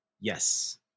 Yes